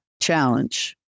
challenge